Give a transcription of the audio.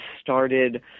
started